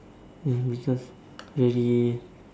hmm because very